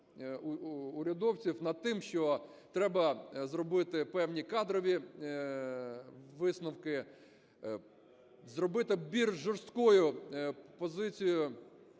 урядовців на тому, що треба зробити певні кадрові висновки, зробити більш жорсткою позицію